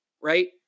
right